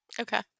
Okay